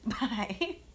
Bye